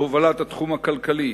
אל הובלת התחום הכלכלי,